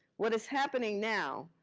what is happening now,